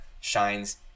shines